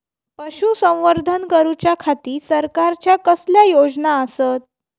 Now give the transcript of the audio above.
पशुसंवर्धन करूच्या खाती सरकारच्या कसल्या योजना आसत?